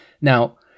Now